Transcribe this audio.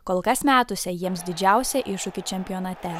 kol kas metusią jiems didžiausią iššūkį čempionate